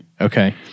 Okay